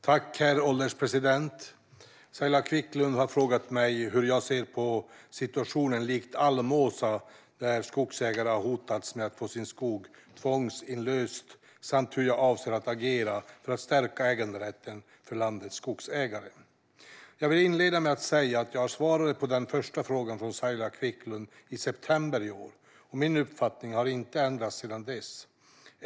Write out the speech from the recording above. Herr ålderspresident! Saila Quicklund har frågat mig hur jag ser på situationer likt Almåsa där skogsägare har hotats med att få sin skog tvångsinlöst samt hur jag avser att agera för att stärka äganderätten för landets skogsägare. Jag vill inleda med att säga att jag svarade på den första frågan från Saila Quicklund i september 2017, och min uppfattning har inte ändrats sedan dess.